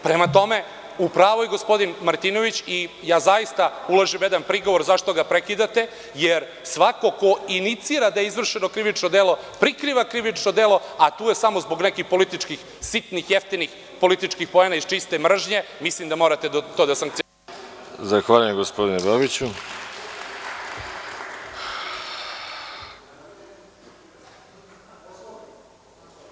Prema tome, u pravu je gospodin Martinović i ja zaista ulažem jedan prigovor zašto ga prekidate, jer svako ko inicira da je izvršeno krivično delo, prikriva krivično delo, a tu je samo zbog nekih političkih, sitnih jeftinih poena iz čiste mržnje, mislim da morate da to sankcionišete u budućnosti.